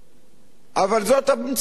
אבל זאת המציאות הפוליטית.